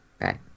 Right